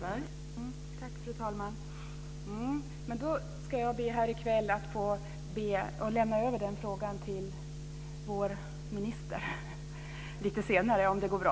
Fru talman! Den frågan ska jag be att få lämna över till vår minister som kommer lite senare om det går bra.